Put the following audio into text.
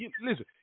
listen